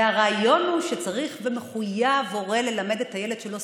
והרעיון הוא שצריך ומחויב הורה ללמד את הילד שלו